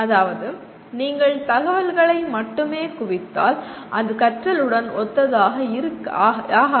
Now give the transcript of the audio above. அதாவது நீங்கள் தகவல்களை மட்டுமே குவித்தால் அது கற்றலுடன் ஒத்ததாக ஆகாது